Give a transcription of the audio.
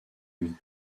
mie